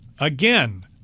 Again